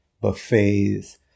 buffets